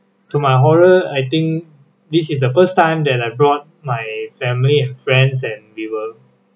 to my horror I think this is the first time that I brought my family and friends and we were